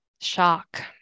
shock